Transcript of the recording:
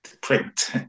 print